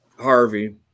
Harvey